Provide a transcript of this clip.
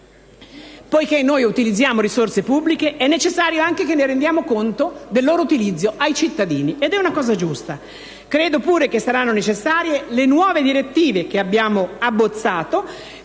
Poiché noi utilizziamo risorse pubbliche, è necessario anche che rendiamo conto del loro utilizzo ai cittadini ed è una cosa giusta. Credo pure che saranno necessarie le nuove direttive che abbiamo abbozzato,